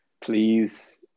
please